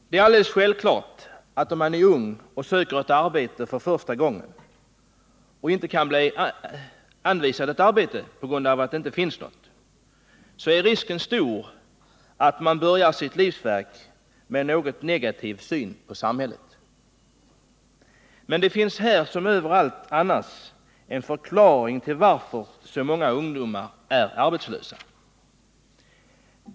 Det är alldeles självklart att om man är ung och söker arbete för första gången och inte kan bli anvisad ett arbete på grund av att det inte finns något, så är risken stor att man börjar sitt livsverk med en negativ syn på samhället. Men det finns — här som överallt annars — en förklaring till att så många ungdomar är arbetslösa.